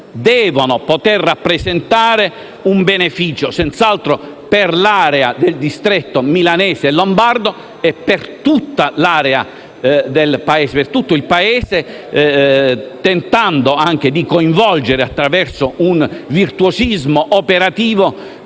devono poter rappresentare un beneficio senz'altro per l'area del distretto milanese e lombardo, ma anche per tutto il Paese, tentando di coinvolgere, attraverso un virtuosismo operativo,